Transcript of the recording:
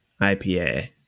IPA